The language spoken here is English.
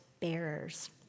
bearers